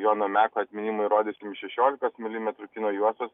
jono meko atminimui rodysim šešiolikos milimetrų kino juostas